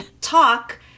talk